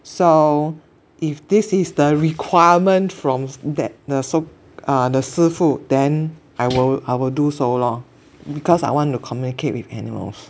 so if this is the requirement from that the so uh the 师傅 then I will I will do so lor because I want to communicate with animals